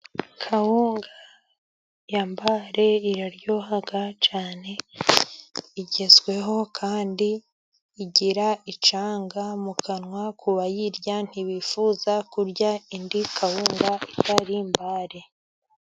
Kawunga ya Mbare iraryoha cyane, igezweho kandi igira icyanga mu kanwa, ku bayirya ntibifuza kurya indi kawunga itari Mbare.